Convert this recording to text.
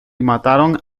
mataron